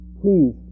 please